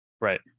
right